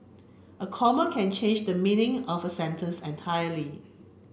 a comma can change the meaning of a sentence entirely